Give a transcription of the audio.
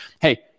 hey